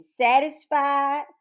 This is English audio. satisfied